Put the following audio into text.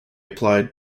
applied